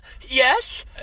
Yes